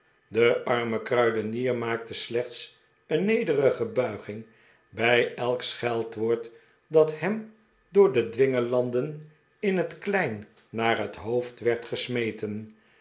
de arme kruidenier maakte slechts een nederige buiging bij elk scheldwoord dat hem door de dwingelanden in het klein naar het hoofd werd gesmeten